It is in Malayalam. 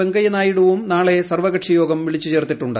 വെങ്കയ്യനായിഡുവും നാളെ സർവ്വകക്ഷി യോഗം വിളിച്ചു ചേർത്തിട്ടുണ്ട്